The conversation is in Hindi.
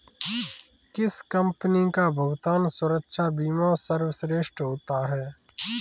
किस कंपनी का भुगतान सुरक्षा बीमा सर्वश्रेष्ठ होता है?